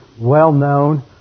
well-known